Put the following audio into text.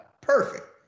perfect